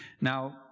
now